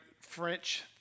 French